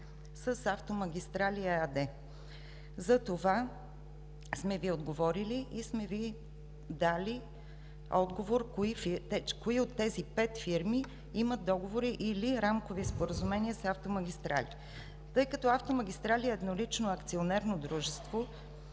с „Автомагистрали“ ЕАД. Затова сме Ви отговорили и сме Ви дали отговор кои от тези пет фирми имат договори или рамкови споразумения с „Автомагистрали“ – тъй като „Автомагистрали“ е еднолично акционерно дружество,